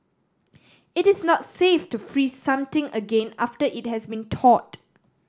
it is not safe to freeze something again after it has been thawed